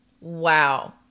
Wow